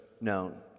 known